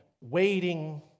Waiting